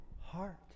heart